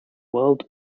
world